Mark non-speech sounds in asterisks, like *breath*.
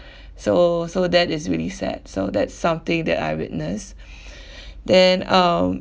*breath* so so that is really sad so that's something that I witness *breath* then um